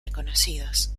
reconocidos